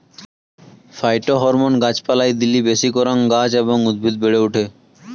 phytohormone গাছ পালায় দিলি বেশি করাং গাছ এবং উদ্ভিদ বেড়ে ওঠে